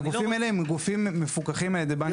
הגופים האלה הם גופים מפוקחים על ידי בנק ישראל.